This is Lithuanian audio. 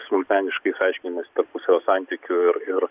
smulkmeniškais aiškinimaisi tarpusavio santykių ir